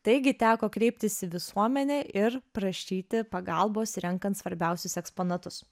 taigi teko kreiptis į visuomenę ir prašyti pagalbos renkant svarbiausius eksponatus